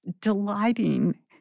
delighting